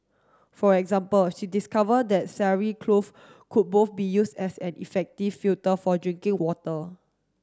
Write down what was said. for example she discover that sari cloth could both be use as an effective filter for drinking water